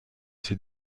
ses